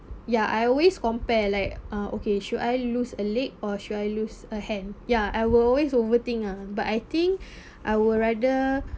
ya I always compare like ah okay should I lose a leg or should I lose a hand ya I will always overthink ah but I think I would rather